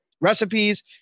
recipes